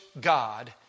God